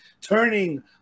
turning